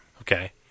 Okay